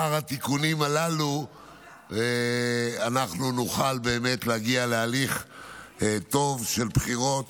לאחר התיקונים הללו אנחנו נוכל להגיע להליך טוב של בחירות.